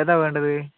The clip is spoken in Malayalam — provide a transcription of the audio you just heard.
ഏതാണ് വേണ്ടത്